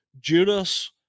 Judas